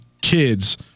kids